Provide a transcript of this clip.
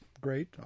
great